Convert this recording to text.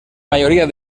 mayoría